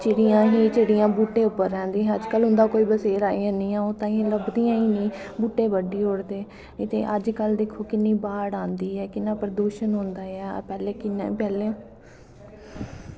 चिड़ियां हां जेह्कियां बूह्टें पर रौह्दियां हां अज्ज कल उंदा कोई बसेरा नी तांईयैं ओह् लब्भदियां गै नेंई बूह्टे बड़दे ओड़दे ते अज्ज कल दिक्खो किन्नी बाढ़ आंदी ऐ किन्ना प्रदूशन होंदा ऐ पैह्लें